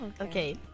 Okay